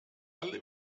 alle